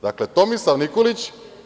Dakle, Tomislav Nikolić.